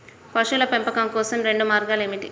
పశువుల పెంపకం కోసం రెండు మార్గాలు ఏమిటీ?